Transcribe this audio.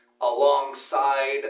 alongside